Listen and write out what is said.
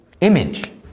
Image